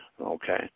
Okay